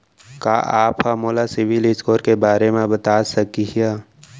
का आप हा मोला सिविल स्कोर के बारे मा बता सकिहा?